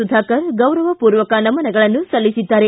ಸುಧಾಕರ್ ಗೌರಪೂರ್ವಕ ನಮನಗಳನ್ನು ಸಲ್ಲಿಸಿದ್ದಾರೆ